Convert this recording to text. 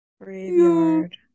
Graveyard